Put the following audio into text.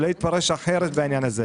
שלא יתפרש אחרת בעניין הזה.